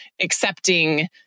accepting